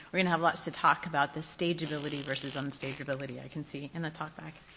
we're gonna have lots to talk about the stage ability verses unstage ability i can see in the talkback.